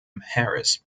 harris